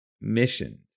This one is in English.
missions